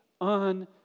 on